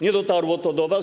Nie dotarło to do was?